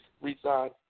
resign